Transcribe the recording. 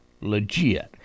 legit